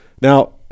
Now